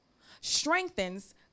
strengthens